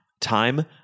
time